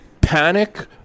Panic